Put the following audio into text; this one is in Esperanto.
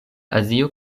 azio